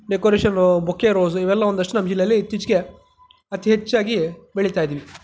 decoration bouquet rose ಇವೆಲ್ಲ ಒಂದಷ್ಟು ನಮ್ಮ ಜಿಲ್ಲೆಯಲ್ಲಿ ಇತ್ತೀಚೆಗೆ ಅತಿ ಹೆಚ್ಚಾಗಿ ಬೆಳಿತಾಯಿದ್ದೀವಿ